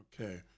Okay